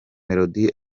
melody